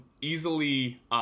easily